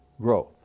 growth